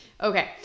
Okay